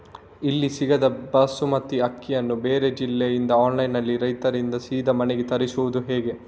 ಇಲ್ಲಿ ಸಿಗದ ಬಾಸುಮತಿ ಅಕ್ಕಿಯನ್ನು ಬೇರೆ ಜಿಲ್ಲೆ ಇಂದ ಆನ್ಲೈನ್ನಲ್ಲಿ ರೈತರಿಂದ ಸೀದಾ ಮನೆಗೆ ತರಿಸುವುದು ಹೇಗೆ?